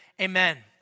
Amen